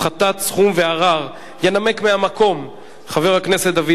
הפחתת הסכום וערר) ינמק מהמקום חבר הכנסת דוד